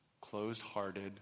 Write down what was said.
closed-hearted